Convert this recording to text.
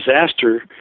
disaster